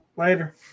Later